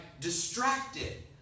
distracted